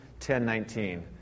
10.19